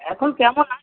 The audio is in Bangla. এখন কেমন আছে